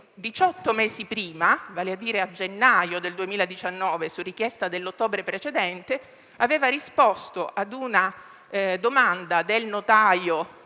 mesi prima, vale a dire a gennaio del 2019, in base a una richiesta dell'ottobre precedente, aveva risposto a una domanda sulla